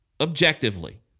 objectively